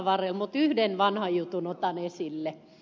mutta yhden vanhan jutun otan esille